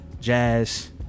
Jazz